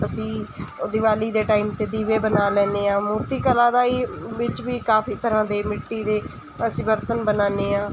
ਅਸੀਂ ਦੀਵਾਲੀ ਦੇ ਟਾਈਮ 'ਤੇ ਦੀਵੇ ਬਣਾ ਲੈਂਦੇ ਹਾਂ ਮੂਰਤੀ ਕਲਾ ਦਾ ਹੀ ਵਿੱਚ ਵੀ ਕਾਫੀ ਤਰ੍ਹਾਂ ਦੇ ਮਿੱਟੀ ਦੇ ਅਸੀਂ ਬਰਤਨ ਬਣਾਉਂਦੇ ਹਾਂ